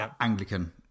Anglican